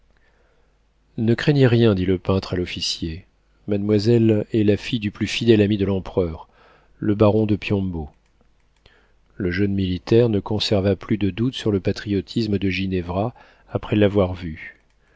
ne craignez rien dit le peintre à l'officier mademoiselle est la fille du plus fidèle ami de l'empereur le baron de piombo le jeune militaire ne conserva plus de doute sur le patriotisme de ginevra après l'avoir vue